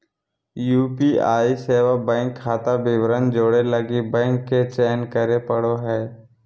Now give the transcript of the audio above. UPI सेवा bank खाता विवरण जोड़े लगी बैंक के चयन करे पड़ो हइ